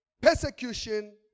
persecution